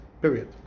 period